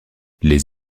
les